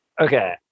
okay